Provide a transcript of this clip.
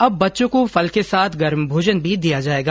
अब बच्चों को फल के साथ गर्म भोजन भी दिया जायेगा